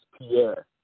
Pierre